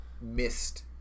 missed